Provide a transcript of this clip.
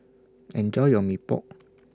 Enjoy your Mee Pok